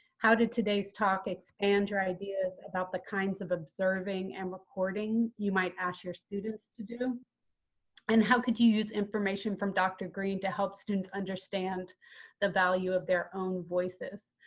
how did today's today's talk expand your ideas about the kinds of observing and recording you might ask your students to do and how could you use information from dr. green to help students understand the value of their own voices?